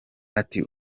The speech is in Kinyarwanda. ati